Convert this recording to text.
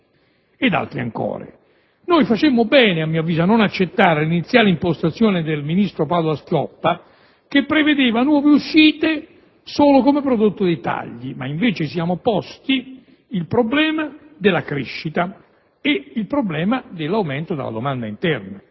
ad altre ancora. Noi facemmo bene, a mio avviso, a non accettare l'iniziale impostazione del ministro Padoa-Schioppa che prevedeva nuove uscite solo come prodotto dei tagli di spesa, ma invece di siamo posti il problema della crescita e il problema dell'aumento della domanda interna.